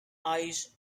eyes